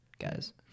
guys